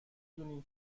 دونین